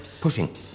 Pushing